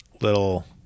little –